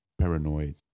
paranoid